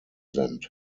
sind